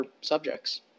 subjects